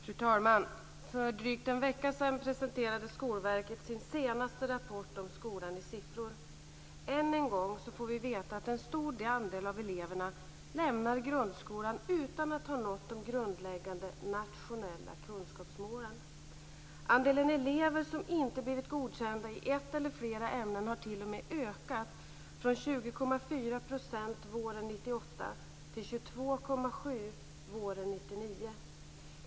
Fru talman! För drygt en vecka sedan presenterade Skolverket sin senaste rapport om skolan i siffror. Än en gång får vi veta att en stor andel av eleverna lämnar grundskolan utan att ha nått de grundläggande nationella kunskapsmålen. Andelen elever som inte blivit godkända i ett eller flera ämnen har t.o.m. ökat från 20,4 % våren 1998 till 22,7 % våren 1999.